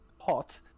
hot